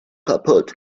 kaputt